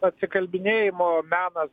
atsikalbinėjimo menas